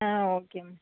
ah okay ma'am